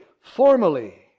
formally